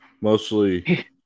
mostly